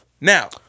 Now